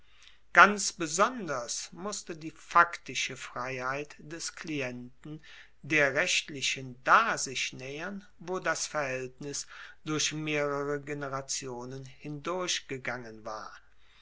ganz besonders musste die faktische freiheit des klienten der rechtlichen da sich naehern wo das verhaeltnis durch mehrere generationen hindurchgegangen war